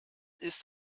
ist